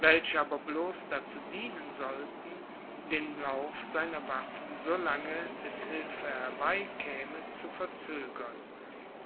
welche aber bloß dazu dienen sollten den lauf seiner waffen so lange bis hilfe herbei käme zu verzögern